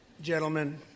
Gentlemen